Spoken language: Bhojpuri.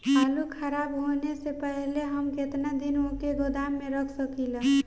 आलूखराब होने से पहले हम केतना दिन वोके गोदाम में रख सकिला?